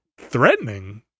threatening